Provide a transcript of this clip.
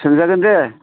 सोंजागोन दे